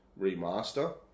remaster